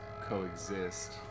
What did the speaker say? coexist